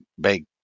big